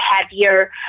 heavier